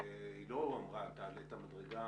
היא לא אמרה תעלה את המדרגה